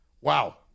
wow